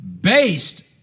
based